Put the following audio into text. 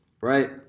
right